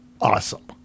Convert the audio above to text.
awesome